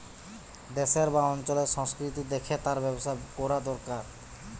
দেশের বা অঞ্চলের সংস্কৃতি দেখে তার ব্যবসা কোরা দোরকার